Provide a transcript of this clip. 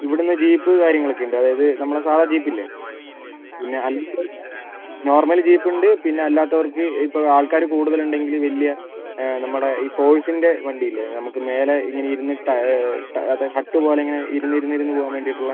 ഇവിടുന്ന് ജീപ്പ് കാര്യങ്ങളൊക്കെ ഉണ്ട് അതായത് നമ്മുടെ സാദാ ജീപ്പ് ഇല്ലേ പിന്നെ അതിനിപ്പം നോർമൽ ജീപ്പ് ഉണ്ട് പിന്ന അല്ലാത്തവർക്ക് ഇപ്പം ആൾക്കാർ കൂടുതൽ ഉണ്ടെങ്കിൽ വലിയ നമ്മുടെ ഈ ഫോഴ്സിൻ്റെ വണ്ടി ഇല്ലേ നമുക്ക് മേലെ ഇങ്ങനെ ഇരുന്നിട്ട് അത് ഹട്ട് പോലെ ഇങ്ങനെ ഇരുന്ന് ഇരുന്ന് ഇരുന്ന് പോകാൻ വേണ്ടിയിട്ടുള്ളത്